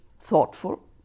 thoughtful